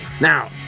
Now